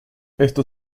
esto